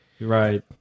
Right